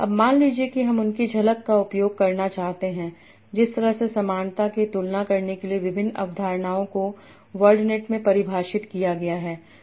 अब मान लीजिए कि हम उनकी झलक का उपयोग करना चाहते हैं जिस तरह से समानता की तुलना करने के लिए विभिन्न अवधारणाओं को वर्डनेट में परिभाषित किया गया है